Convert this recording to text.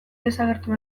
desagertu